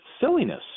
silliness